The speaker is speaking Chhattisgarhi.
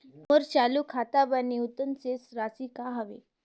मोर चालू खाता बर न्यूनतम शेष राशि का हवे?